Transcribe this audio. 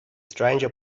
stranger